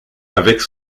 avec